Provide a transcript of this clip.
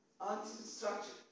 anti-structure